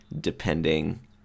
depending